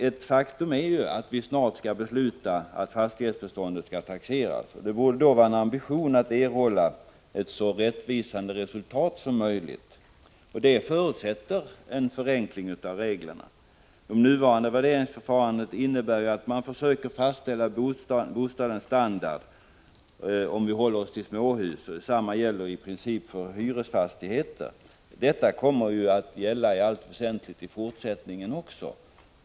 Ett faktum är att vi snart skall besluta att fastighetsbeståndet skall taxeras, och det borde då vara en ambition att erhålla ett så rättvisande resultat som möjligt. Det förutsätter en förenkling av reglerna. Det nuvarande värderingsförfarandet innebär, om vi håller oss till småhus, att man försöker fastställa bostadens standard. Detsamma gäller i princip för hyresfastigheter. Detta kommer ju att gälla i allt väsentligt i fortsättningen också.